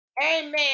amen